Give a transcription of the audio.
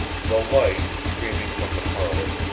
the light, streaming from the parlor,